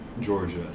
Georgia